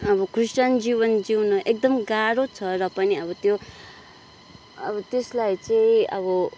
अब क्रिस्टियन जीवन जिउन एकदम गाह्रो छ र पनि अब त्यो अब त्यसलाई चाहिँ अब